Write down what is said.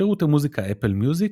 שירות המוזיקה אפל מיוזיק,